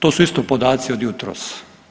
To su isto podaci od jutros.